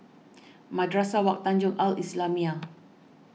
Madrasah Wak Tanjong Al Islamiah